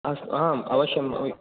अस् हाम् अवश्यं अव